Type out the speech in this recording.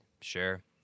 sure